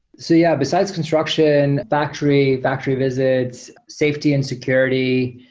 so yeah, besides construction, factory, factory visits, safety and security.